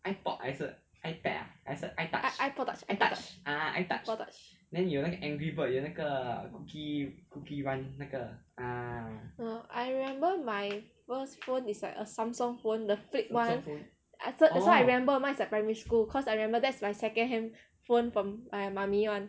I I ipod touch I touch ipod touch I remember my first phone is like a Samsung phone the flip one so so I remember mine's like primary school cause I remember that's my second handphone from my mummy one